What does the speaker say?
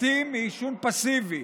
מתים מעישון פסיבי.